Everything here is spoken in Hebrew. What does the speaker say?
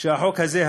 שאת החוק הזה,